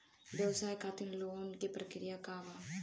व्यवसाय खातीर लोन के प्रक्रिया का बा?